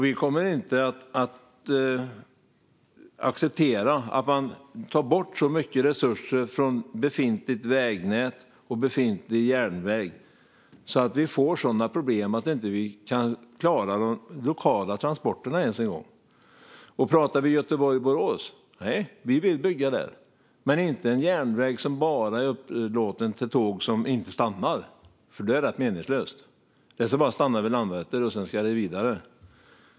Vi kommer inte att acceptera att man tar bort så mycket resurser från befintligt vägnät och befintlig järnväg att vi får sådana problem att vi inte ens kan klara de lokala transporterna. Vi vill bygga Göteborg-Borås, men inte en järnväg som bara upplåts till tåg som inte stannar. Det är rätt meningslöst om de bara ska stanna vid Landvetter och sedan åka vidare.